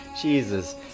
Jesus